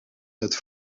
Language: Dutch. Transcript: het